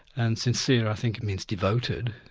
and sincere i think it means devoted.